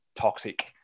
toxic